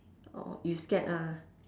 orh you scared ah